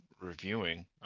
reviewing